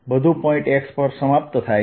બધું point x પર સમાપ્ત થાય છે